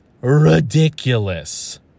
ridiculous